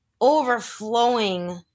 overflowing